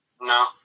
No